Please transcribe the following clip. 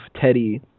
Teddy